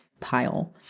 pile